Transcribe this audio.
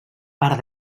part